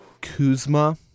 Kuzma